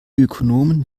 ökonomen